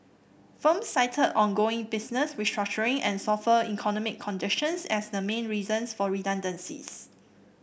firms cited ongoing business restructuring and softer economic conditions as the main reasons for redundancies